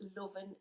loving